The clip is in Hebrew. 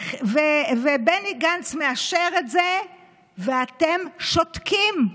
בני גנץ מאשר את זה ואתם שותקים.